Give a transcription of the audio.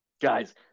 Guy's